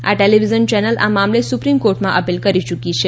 આ television channel આ મામલે સુપ્રીમ કોર્ટમાં અપીલ કરી યૂક્યા છે